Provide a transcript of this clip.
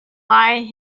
lie